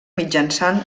mitjançant